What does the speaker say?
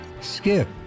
skip